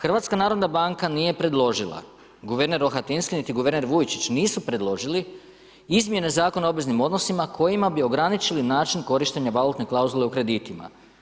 HNB nije predložila, guverner Rohatinski ni guverner Vujčić nisu predložili izmjene Zakona o obveznim odnosima kojima bi ograničili način korištenja valutne klauzule u kreditima.